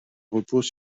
repose